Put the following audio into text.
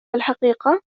الحقيقة